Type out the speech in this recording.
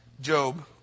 Job